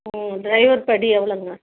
driver படி எவ்வளோங்க